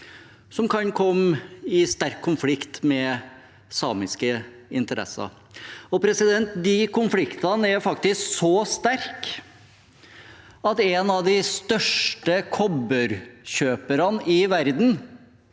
som kan komme i sterk konflikt med samiske interesser. De konfliktene er faktisk så sterke at en av de største kobberkjøperne i verden,